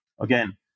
Again